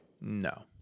No